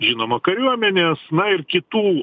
žinoma kariuomenės na ir kitų